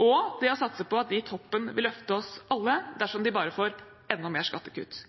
og det å satse på at de i toppen vil løfte oss alle dersom de bare får enda mer skattekutt.